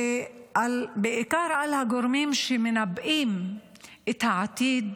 ובעיקר על הגורמים שמנבאים את העתיד